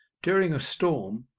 during a storm,